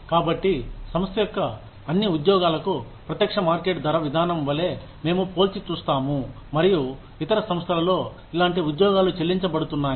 కాబట్టి సంస్థ యొక్క అన్ని ఉద్యోగాలకు ప్రత్యక్ష మార్కెట్ ధర విధానం వలె మేము పోల్చిచూస్తాము మరియు ఇతర సంస్థలలో ఇలాంటి ఉద్యోగాలకు చెల్లించబడుతుంది ఉన్నాయా